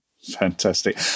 Fantastic